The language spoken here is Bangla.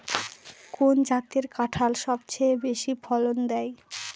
কোন জাতের কাঁঠাল সবচেয়ে বেশি ফলন দেয়?